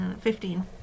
fifteen